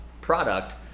product